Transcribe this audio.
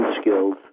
skills